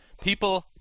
people